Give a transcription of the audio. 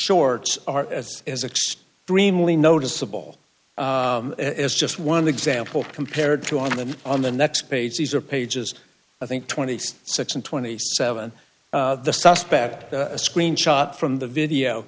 shorts are as as a dream only noticeable as just one example compared to one of them on the next page these are pages i think twenty six and twenty seven the suspect a screenshot from the video